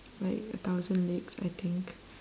like a thousand legs I think